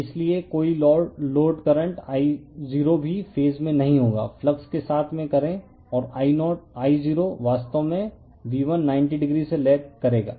इसलिए कोई load current I0 भी फेज में नहीं होगा फ्लक्स के साथ में करें और I0 वास्तव में V1 90o से लेग करेगा